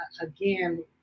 again